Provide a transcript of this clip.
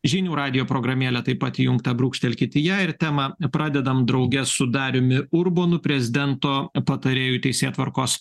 žinių radijo programėlė taip pat įjungta brūkštelkit į ją ir temą pradedam drauge su dariumi urbonu prezidento patarėju teisėtvarkos